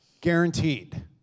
guaranteed